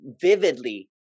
vividly